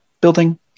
building